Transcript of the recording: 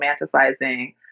romanticizing